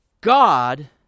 God